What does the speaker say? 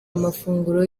amafunguro